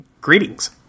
Greetings